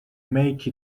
make